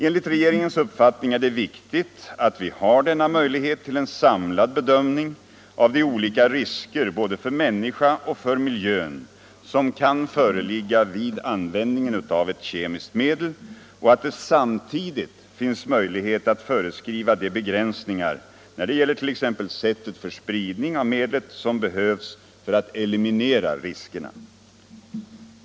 Enligt regeringens uppfattning är det viktigt att vi har denna möjlighet till en samlad bedömning av de olika risker, både för människan och för miljön, som kan föreligga vid användningen av ett kemiskt medel, och att det samtidigt finns möjlighet att föreskriva de begränsningar när det gäller t.ex. sättet för spridning av medlet som behövs för att eliminera riskerna.